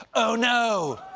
oh, no,